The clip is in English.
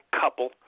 couple